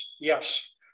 yes